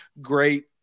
great